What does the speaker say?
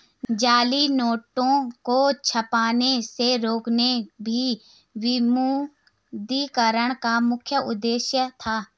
जाली नोटों को छपने से रोकना भी विमुद्रीकरण का मुख्य उद्देश्य था